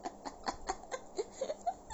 是的